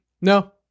No